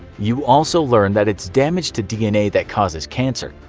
you also learn that it's damage to dna that causes cancer,